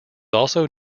also